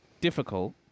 difficult